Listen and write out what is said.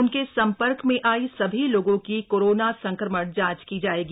उनके संपर्क में आए सभी लोगों का कोरोना संक्रमण जांच की जाएगी